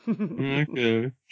Okay